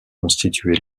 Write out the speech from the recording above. constituer